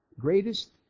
greatest